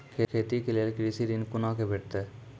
खेती के लेल कृषि ऋण कुना के भेंटते?